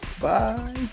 Bye